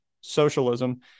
socialism